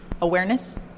awareness